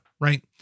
right